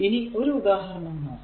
ഇനി ഒരു ഉദാഹരണം നോക്കാം